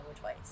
twice